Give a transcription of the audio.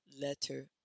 letter